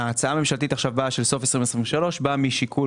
ההצעה הממשלתית של סוף 2023 באה לאחר